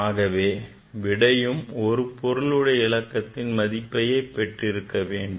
ஆகவே விடையும் ஒரு பொருளுடைய இலக்கம் மதிப்பையே பெற்றிருக்க வேண்டும்